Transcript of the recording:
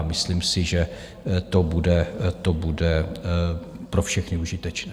Myslím si, že to bude pro všechny užitečné.